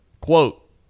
Quote